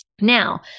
Now